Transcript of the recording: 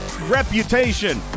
reputation